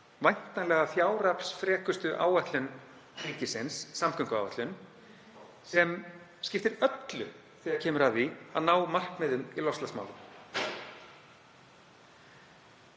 væntanlega fjáraflsfrekustu áætlun ríkisins, samgönguáætlun, sem skiptir öllu þegar kemur að því að ná markmiðum í loftslagsmálum.